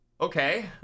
Okay